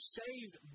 saved